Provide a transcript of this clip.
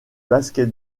basket